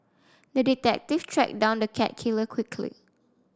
the detective tracked down the cat killer quickly